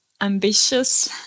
ambitious